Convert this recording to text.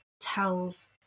tells